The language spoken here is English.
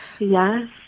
Yes